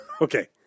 Okay